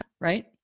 right